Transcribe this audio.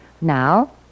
Now